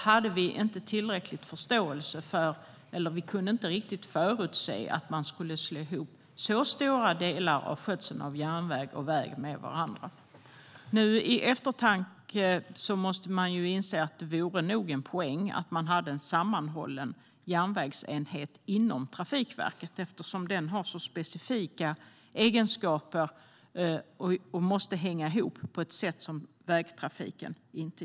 Vad vi inte riktigt kunde förutse var att man skulle slå ihop så stora delar av skötseln av järnväg och väg med varandra. Nu måste man i eftertankens ljus inse att det nog vore en poäng att ha en sammanhållen järnvägsenhet inom Trafikverket, eftersom järnvägstrafiken har så specifika egenskaper och måste hänga ihop på ett annat sätt än vägtrafiken.